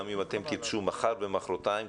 גם אם אתם תרצו מחר ומחרתיים,